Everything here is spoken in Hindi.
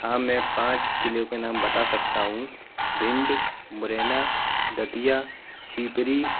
हाँ मैं पाँच ज़िलों के नाम बता सकता हूँ भिंड मुरैना ददिया शीतरी